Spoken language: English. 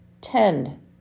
Tend